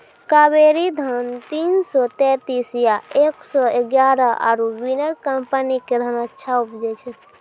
कावेरी धान तीन सौ तेंतीस या एक सौ एगारह आरु बिनर कम्पनी के धान अच्छा उपजै छै?